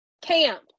camp